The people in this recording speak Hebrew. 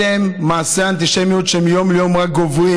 אלה הם מעשי אנטישמיות שמיום ליום רק גוברים.